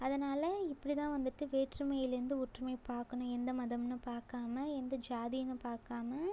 அதனால் இப்படி தான் வந்துவிட்டு வேற்றுமையிலேருந்து ஒற்றுமை பார்க்கணும் எந்த மதம்னு பார்க்காம எந்த ஜாதின்னு பார்க்காம